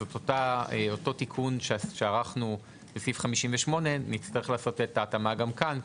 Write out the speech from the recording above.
אז את אותו תיקון שערכנו בסעיף 58 נצטרך לעשות את ההתאמה גם כאן.